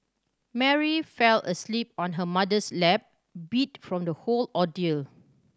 Mary fell asleep on her mother's lap beat from the whole ordeal